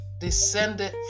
descended